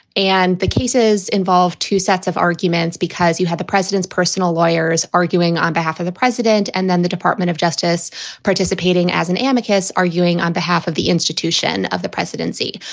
and the cases involve two sets of arguments, because you have the president's personal lawyers arguing on behalf of the president and then the department of justice participating as an amicus, arguing on behalf of the institution of the presidency.